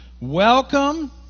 welcome